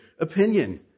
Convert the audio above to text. opinion